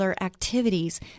activities